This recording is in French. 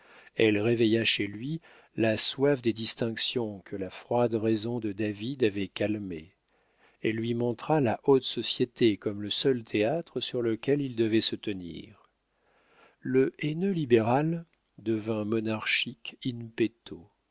elle réveilla chez lui la soif des distinctions que la froide raison de david avait calmée elle lui montra la haute société comme le seul théâtre sur lequel il devait se tenir le haineux libéral devint monarchique in